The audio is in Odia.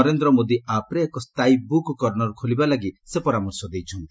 ନରେନ୍ଦ୍ର ମୋଦି ଆପ୍ରେ ଏକ ସ୍ଥାୟୀ ବୃକ୍ କର୍ଣ୍ଣର୍ ଖୋଲିବା ପାଇଁ ସେ ପରାମର୍ଶ ଦେଇଛନ୍ତି